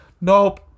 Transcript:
Nope